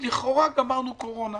לכאורה גמרנו את הקורונה.